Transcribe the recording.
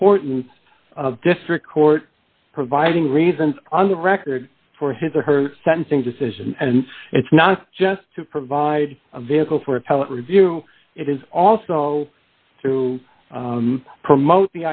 importance of district court providing reasons on the record for his or her sentencing decision and it's not just to provide a vehicle for appellate review it is also to promote